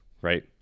right